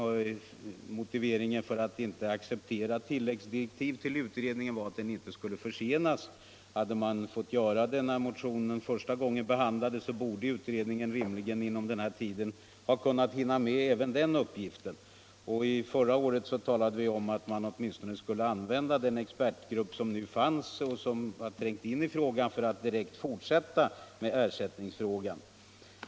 Motiveringen för att inte acceptera tanken på tilläggsdirektiv till utredningen var att den inte skulle försenas. Hade emellertid sådana tilläggsdirektiv fått lämnas när motionen första gången behandlades, så borde utredningen rimligen ha hunnit med även den uppgiften. Förra året yrkade jag här i riksdagen på att man åtminstone skulle använda den expertgrupp som nu fanns och som har trängt in i ärendet för att direkt fortsätta med ersättningsfrågan.